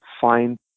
find